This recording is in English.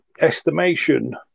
estimation